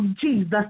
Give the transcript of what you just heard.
Jesus